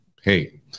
hey